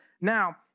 now